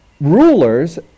rulers